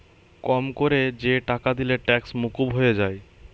কম কোরে যে টাকা দিলে ট্যাক্স মুকুব হয়ে যায়